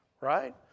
right